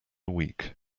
week